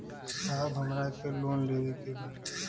साहब हमरा के लोन लेवे के बा